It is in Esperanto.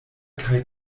kaj